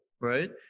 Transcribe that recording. right